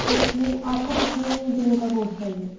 fifteen آپ کو کتنے دنوں کا کورس چاہیے